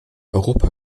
europa